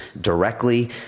directly